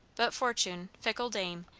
but fortune, fickle dame,